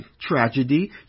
tragedy